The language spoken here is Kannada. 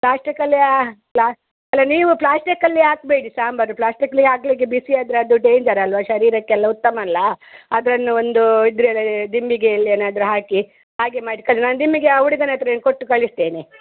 ಪ್ಲಾಸ್ಟಿಕ್ ಅಲ್ಲಿಯಾ ಪ್ಲಾ ಅಲ್ಲ ನೀವು ಪ್ಲಾಸ್ಟಿಕ್ಕಲ್ಲಿ ಹಾಕ್ಬೇಡಿ ಸಾಂಬಾರು ಪ್ಲಾಸ್ಟಿಕ್ಲಿ ಹಾಕ್ಲಿಕ್ಕೆ ಬಿಸಿಯಾದರೆ ಅದು ಡೇಂಜರ್ ಅಲ್ಲವಾ ಶರೀರಕ್ಕೆಲ್ಲ ಉತ್ತಮ ಅಲ್ಲ ಅದನ್ನು ಒಂದು ಇದ್ರಲ್ಲೆ ದಿಂಬಿಗೆ ಅಲ್ಲಿ ಏನಾದರೂ ಹಾಕಿ ಹಾಗೆ ಮಾಡಿ ಕಳ್ ನಾನು ದಿಂಬಿಗೆ ಆ ಹುಡುಗನ ಹತ್ರಾನೆ ಕೊಟ್ಟು ಕಳಿಸ್ತೇನೆ